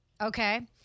Okay